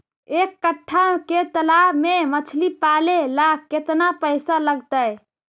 एक कट्ठा के तालाब में मछली पाले ल केतना पैसा लगतै?